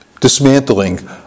dismantling